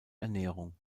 ernährung